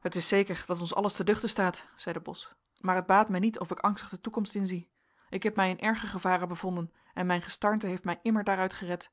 het is zeker dat ons alles te duchten staat zeide bos maar het baat mij niet of ik angstig de toekomst inzie ik heb mij in erger gevaren bevonden en mijn gestarnte heeft mij immer daaruit gered